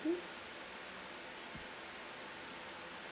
hmm